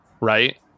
Right